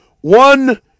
One